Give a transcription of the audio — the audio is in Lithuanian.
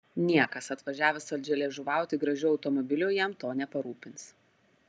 niekas atvažiavęs saldžialiežuvauti gražiu automobiliu jam to neparūpins